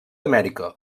amèrica